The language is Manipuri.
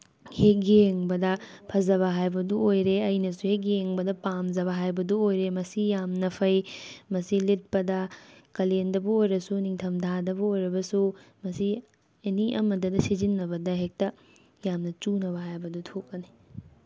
ꯍꯦꯛ ꯌꯦꯡꯕꯗ ꯐꯖꯕ ꯍꯥꯏꯕꯗꯨ ꯑꯣꯏꯔꯦ ꯑꯩꯅꯁꯨ ꯍꯦꯛ ꯌꯦꯡꯕꯗ ꯄꯥꯝꯖꯕ ꯍꯥꯏꯕꯗꯣ ꯑꯣꯏꯔꯦ ꯃꯁꯤ ꯌꯥꯝꯅ ꯐꯩ ꯃꯁꯤ ꯂꯤꯠꯄꯗ ꯀꯥꯂꯦꯟꯗꯕꯨ ꯑꯣꯏꯔꯁꯨ ꯅꯤꯡꯊꯝꯊꯥꯗꯕꯨ ꯑꯣꯏꯔꯕꯁꯨ ꯃꯁꯤ ꯑꯦꯅꯤ ꯑꯃꯗꯇ ꯁꯤꯖꯤꯟꯅꯕꯗ ꯍꯦꯛꯇ ꯌꯥꯝꯅ ꯆꯨꯅꯕ ꯍꯥꯏꯕꯗꯣ ꯊꯣꯛꯀꯅꯤ